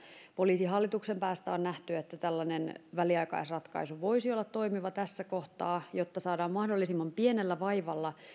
poliisihallituksen päästä on nähty että tällainen väliaikaisratkaisu voisi olla toimiva tässä kohtaa jotta saadaan mahdollisimman pienellä vaivalla